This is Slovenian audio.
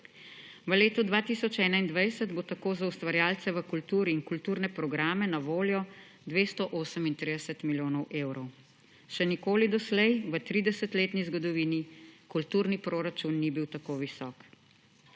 V letu 2021 bo tako za ustvarjalce v kulturi in kulturne programe na voljo 238 milijonov evrov. Še nikoli doslej v tridesetletni zgodovini kulturni proračun ni bil tako visok.